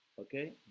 okay